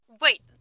Wait